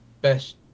best